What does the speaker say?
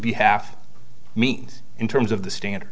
behalf means in terms of the standard